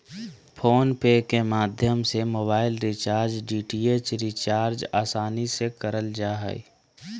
phone पे के माध्यम से मोबाइल रिचार्ज, डी.टी.एच रिचार्ज आसानी से करल जा हय